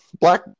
black